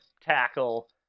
tackle